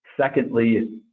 Secondly